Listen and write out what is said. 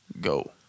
Go